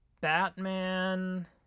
Batman